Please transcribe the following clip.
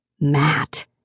Matt